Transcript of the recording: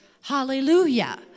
Hallelujah